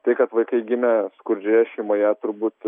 tai kad vaikai gimė skurdžioje šeimoje turbūt